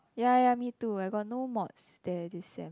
ya ya me too I got no mods there this sem